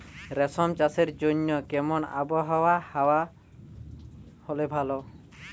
রেশম চাষের জন্য কেমন আবহাওয়া হাওয়া হলে ভালো?